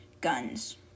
guns